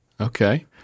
Okay